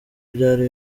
byari